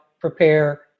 prepare